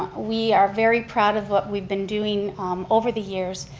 we are very proud of what we've been doing over the years,